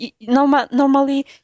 Normally